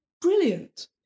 brilliant